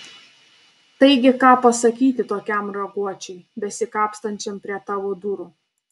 taigi ką pasakyti tokiam raguočiui besikapstančiam prie tavo durų